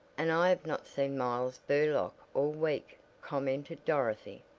and i have not seen miles burlock all week, commented dorothy,